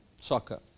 Soccer